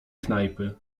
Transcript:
knajpy